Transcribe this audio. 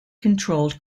controlled